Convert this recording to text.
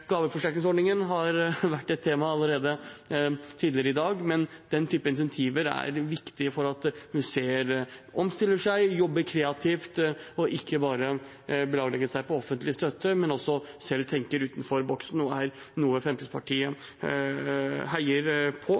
er viktig for at museer omstiller seg, jobber kreativt og ikke bare belager seg på offentlig støtte, men selv tenker utenfor boksen. Det er noe Fremskrittspartiet heier på,